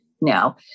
no